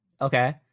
Okay